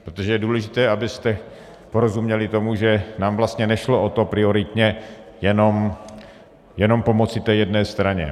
Protože je důležité, abyste porozuměli tomu, že nám vlastně nešlo o to prioritně jenom pomoci té jedné straně.